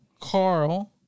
Carl